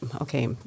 okay